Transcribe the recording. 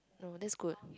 no that's good